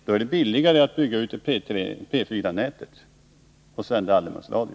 Då är det billigare att bygga ut P 4-nätet och sända allemansradio.